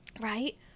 Right